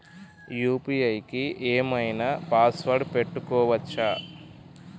UPI కి ఏం ఐనా పాస్వర్డ్ పెట్టుకోవచ్చా?